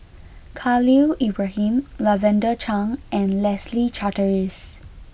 Khalil Ibrahim Lavender Chang and Leslie Charteris